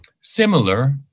Similar